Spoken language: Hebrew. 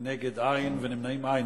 נגד, אין, ונמנעים, אין.